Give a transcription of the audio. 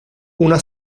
una